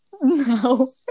No